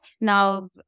now